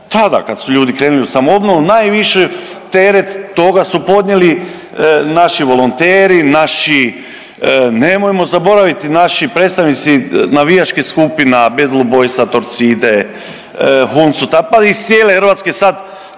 tada kad su ljudi krenuli u samoobnovu, najviše teret toga su podnijeli naši volonteri, naši, nemojmo zaboraviti, naši predstavnici navijačkih skupina, BBB-a, Torcide, .../Govornik se ne